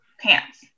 pants